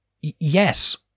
yes